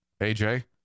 AJ